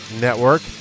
Network